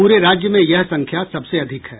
पूरे राज्य में यह संख्या सबसे अधिक है